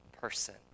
person